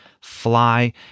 Fly